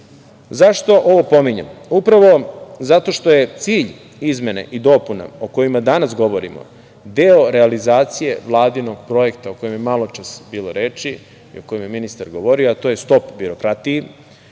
radu.Zašto ovo pominjem? Upravo, zato što je cilj izmene i dopune o kojima danas govorimo deo realizacije Vladinog projekta, o kojem je maločas bilo reči, i kojem je ministar govorio, a to je STOP BIROKRATIJI,